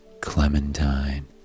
clementine